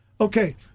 Okay